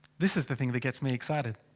this is the thing that gets me excited.